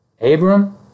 Abram